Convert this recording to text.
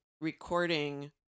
recording